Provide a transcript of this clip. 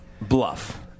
Bluff